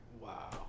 Wow